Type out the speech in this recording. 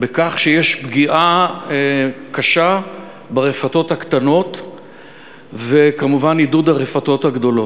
בכך שיש פגיעה קשה ברפתות הקטנות וכמובן עידוד הרפתות הגדולות?